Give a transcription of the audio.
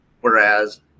Whereas